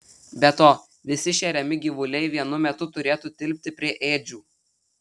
be to visi šeriami gyvuliai vienu metu turėtų tilpti prie ėdžių